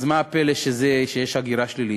אז מה הפלא שיש הגירה שלילית?